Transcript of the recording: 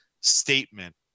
statement